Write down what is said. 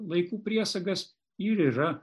laikų priesagas ir yra